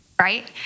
right